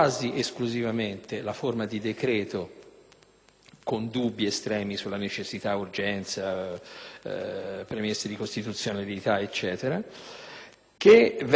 con dubbi estremi su necessità, urgenza, premesse di costituzionalità e così via, che vengono affrontati con la massima rapidità e poi risolti quasi